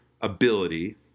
ability